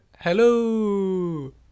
hello